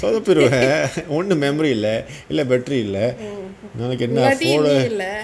told to the rest ஒன்னு:onnu memory இல்ல:illa bet இல்ல உனக்கு என்ன:illa unaku enna